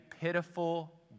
pitiful